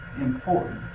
important